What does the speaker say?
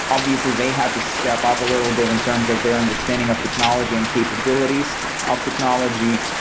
obviously, they have to step up a little bit in terms of their understanding of technology and capabilities of technology.